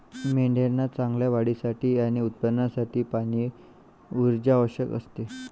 मेंढ्यांना चांगल्या वाढीसाठी आणि उत्पादनासाठी पाणी, ऊर्जा आवश्यक असते